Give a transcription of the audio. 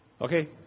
Okay